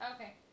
Okay